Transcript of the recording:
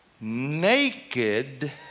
naked